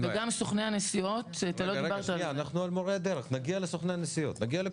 וגם סוכני הנסיעות, אתה לא דיברת על זה.